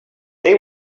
they